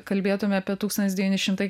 kalbėtume apie tūkstantis devyni šimtai